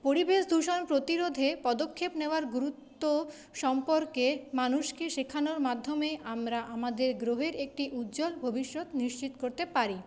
পরিবেশ দূষণ প্রতিরোধে পদক্ষেপ নেওয়ার গুরুত্ব সম্পর্কে মানুষকে শেখানোর মাধ্যমে আমরা আমাদের গ্রহের একটি উজ্জ্বল ভবিষ্যৎ নিশ্চিত করতে পারি